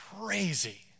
crazy